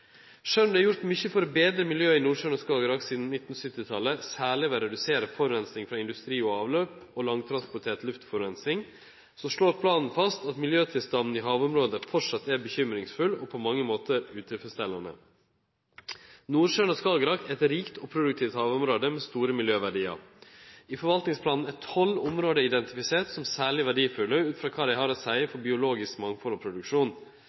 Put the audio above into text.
om det er gjort mykje for å betre miljøet i Nordsjøen og Skagerrak sidan 1970-talet, særleg ved å redusere forureining frå industri og avløp og langtransportert luftforureining, slår planen fast at miljøtilstanden i havområdet framleis er bekymringsfull og på mange måtar utilfredsstillande. Nordsjøen og Skagerrak er eit rikt og produktivt havområde med store miljøverdiar. I forvaltningsplanen er tolv område identifiserte som særleg verdifulle ut frå kva dei har å seie for biologisk mangfald og produksjon